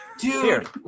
Dude